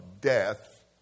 death